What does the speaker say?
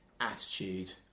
attitude